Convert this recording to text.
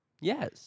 Yes